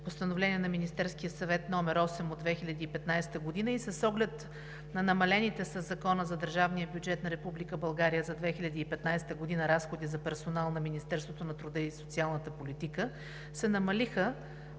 на Министерския съвет № 8 от 2015 г. и с оглед на намалените със Закона за държавния бюджет на Република България за 2015 г. разходи за персонал на Министерството на труда и социалната политика се намалиха